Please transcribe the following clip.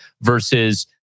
versus